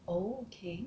oh okay